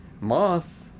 moth